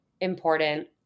important